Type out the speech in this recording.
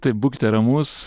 taip būkite ramus